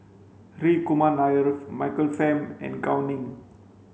Hri Kumar Nair Michael Fam and Gao Ning